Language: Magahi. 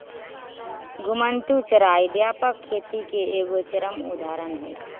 घुमंतू चराई व्यापक खेती के एगो चरम उदाहरण हइ